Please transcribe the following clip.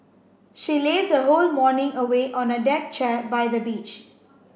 she lazed her whole morning away on a deck chair by the beach